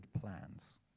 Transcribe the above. plans